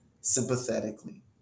sympathetically